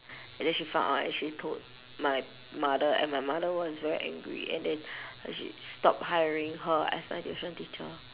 and then she found out and she told my mother and my mother was very angry and then uh she stopped hiring her as my tuition teacher